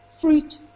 fruit